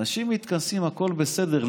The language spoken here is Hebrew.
אנשים מתכנסים, הכול בסדר.